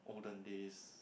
olden days